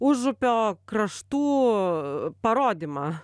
užupio kraštų parodymą